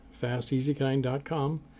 fasteasykind.com